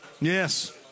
Yes